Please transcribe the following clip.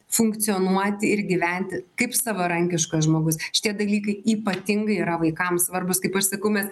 funkcionuoti ir gyventi kaip savarankiškas žmogus šitie dalykai ypatingai yra vaikams svarbūs kaip aš sakau mes